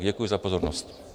Děkuji za pozornost.